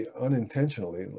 unintentionally